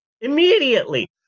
immediately